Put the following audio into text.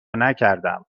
نکردم